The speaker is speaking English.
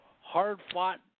hard-fought